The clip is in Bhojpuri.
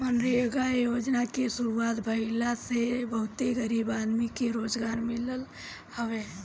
मनरेगा योजना के शुरुआत भईला से बहुते गरीब आदमी के रोजगार मिलल हवे